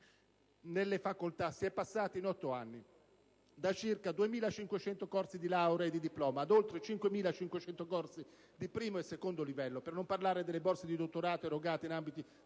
nelle facoltà si è passati in 8 anni da circa 2.500 corsi di laurea e di diploma ad oltre 5.500 corsi di primo e secondo livello (per non parlare delle borse di dottorato erogate in ambiti